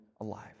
alive